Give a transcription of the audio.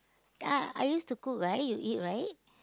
!ah! I used to cook right you eat right